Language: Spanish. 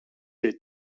the